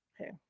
Okay